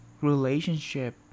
relationship